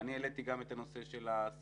אני העליתי גם את הנושא של הסבסוד.